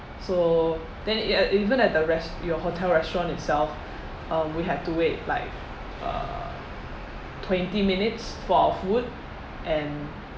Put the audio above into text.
so then e~ uh even at the rest~ your hotel restaurant itself um we had to wait like uh twenty minutes for our food and